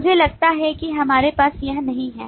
मुझे लगता है कि हमारे पास यह नहीं है